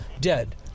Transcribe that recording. dead